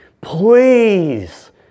Please